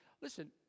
Listen